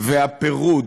והפירוד